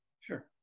Sure